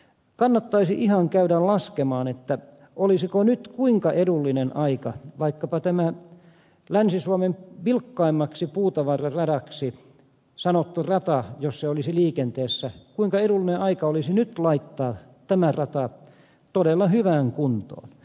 kannattaisi ihan käydä laskemaan olisiko nyt kuinka edullinen aika vaikkapa tämä länsi suomen vilkkaimmaksi puutavararadaksi sanottu välttää jos se olisi liikenteessä kuin reilulle aika rata nyt laittaa todella hyvään kuntoon